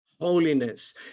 Holiness